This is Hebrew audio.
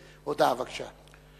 הודעה, בבקשה.